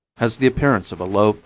has the appearance of a low,